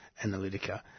Analytica